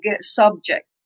subject